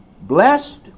blessed